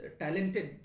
talented